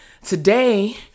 Today